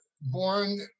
born